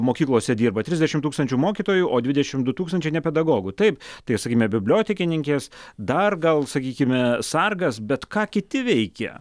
mokyklose dirba trisdešim tūkstančių mokytojų o dvidešim du tūkstančiai ne pedagogų taip tai sakykime bibliotekininkės dar gal sakykime sargas bet ką kiti veikia